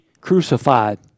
crucified